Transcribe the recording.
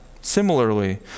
similarly